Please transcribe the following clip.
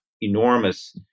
enormous